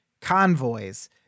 convoys